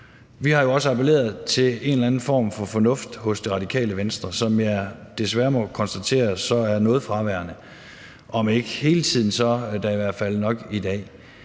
Vi har jo også appelleret til en eller anden form for fornuft hos Det Radikale Venstre, som jeg desværre må konstatere er noget fraværende – om ikke hele tiden, så da i hvert fald nok i dag.